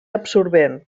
absorbent